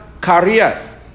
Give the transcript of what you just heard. careers